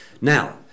Now